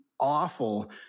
awful